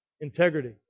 integrity